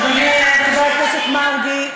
אדוני חבר הכנסת מרגי,